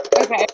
okay